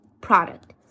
product